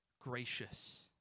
gracious